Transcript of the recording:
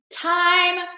Time